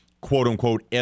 quote-unquote